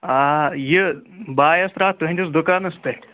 آ یہِ بہٕ آیوس راتھ تُہٕنٛدِس دُکانَس پٮ۪ٹھ